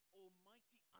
almighty